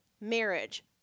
marriage